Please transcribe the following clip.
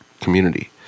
community